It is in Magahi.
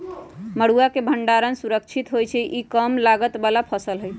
मरुआ के भण्डार सुरक्षित होइ छइ इ कम लागत बला फ़सल हइ